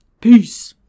Peace